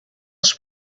els